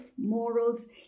morals